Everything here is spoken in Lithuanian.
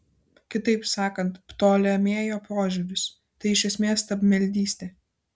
kitaip sakant ptolemėjo požiūris tai iš esmės stabmeldystė